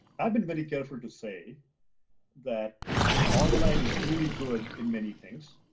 i've been very careful to say that online is really good in many things.